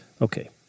Okay